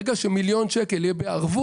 ברגע שיהיה להן מיליון שקל בערבות,